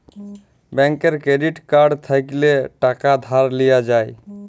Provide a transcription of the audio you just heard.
ব্যাংকের credit card থ্যাইকলে টাকা ধার লিয়া যায়